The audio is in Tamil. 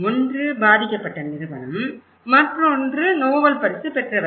ஒன்று பாதிக்கப்பட்ட நிறுவனம் மற்றொன்று நோபல் பரிசு பெற்றவர்கள்